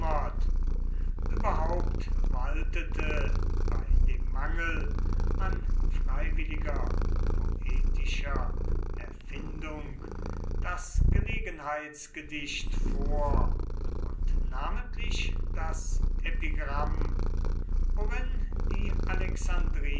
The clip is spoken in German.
überhaupt waltete bei dem mangel an freiwilliger poetischer erfindung das gelegenheitsgedicht vor und namentlich das epigramm worin die